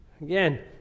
Again